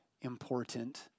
important